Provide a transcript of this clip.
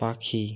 পাখি